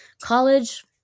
college